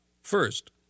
First